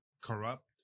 corrupt